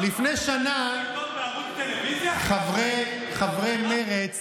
אז לפני שנה חברי מרצ